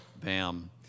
bam